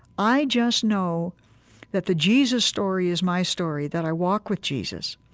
i just know that the jesus story is my story, that i walk with jesus,